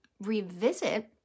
revisit